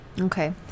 Okay